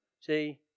See